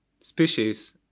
species